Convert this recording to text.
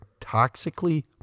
toxically